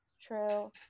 True